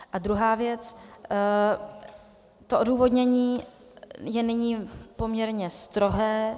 A druhá věc, to odůvodnění je nyní poměrně strohé.